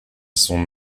son